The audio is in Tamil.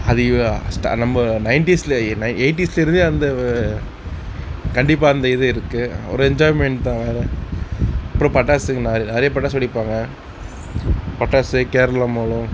அது நம்ப நையண்ட்டீஸில் எயிட்டீஸ்லேருந்தே அந்த கண்டிப்பாக அந்த இது இருக்குது ஒரு என்ஜாய்மெண்ட் தான் அப்புறம் பட்டாசு நிறைய நெறைய பட்டாசு வெடிப்பாங்க பட்டாசு கேரளா மேளம்